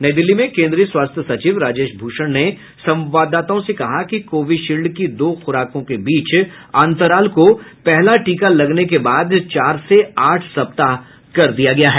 नई दिल्ली में केंद्रीय स्वास्थ्य सचिव राजेश भूषण ने संवाददाताओं से कहा कि कोविशील्ड की दो खुराकों के बीच अंतराल को पहला टीका लगने के बाद चार से आठ सप्ताह कर दिया गया है